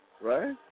Right